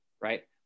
Right